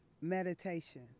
meditation